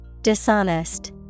Dishonest